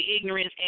ignorance